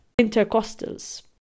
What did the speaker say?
intercostals